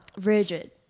rigid